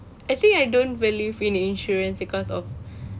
I think I don't believe in insurance because of